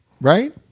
Right